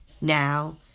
now